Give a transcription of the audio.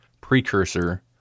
Precursor